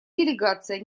делегация